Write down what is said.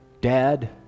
dad